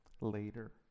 later